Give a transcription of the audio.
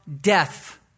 death